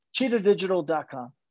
cheetahdigital.com